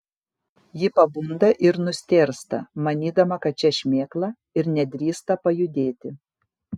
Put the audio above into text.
ji pabunda ir nustėrsta manydama kad čia šmėkla ir nedrįsta pajudėti